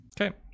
Okay